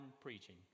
preaching